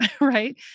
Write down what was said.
right